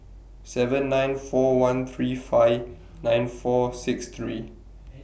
seven nine four one three five nine four six three